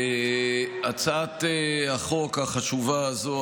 הצעת החוק החשובה הזו,